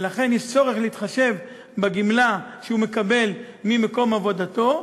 ולכן יש צורך להתחשב בגמלה שהוא מקבל ממקום עבודתו,